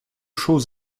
choses